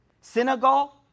Senegal